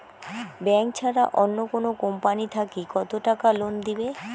Bank ছাড়া অন্য কোনো কোম্পানি থাকি কত টাকা লোন দিবে?